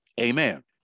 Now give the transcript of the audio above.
Amen